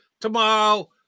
tomorrow